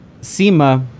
SEMA